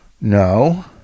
No